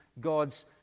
God's